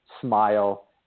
smile